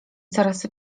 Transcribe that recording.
coraz